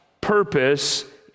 purpose